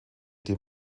die